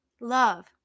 love